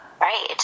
Right